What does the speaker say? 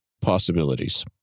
possibilities